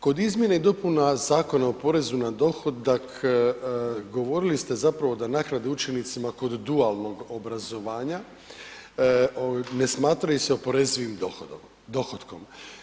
Kod izmjene i dopuna Zakona o porezu na dohodak govorili ste zapravo da naknade učenicima kod dualnog obrazovanja ne smatraju se oporezivim dohotkom.